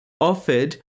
offered